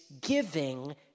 giving